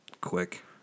quick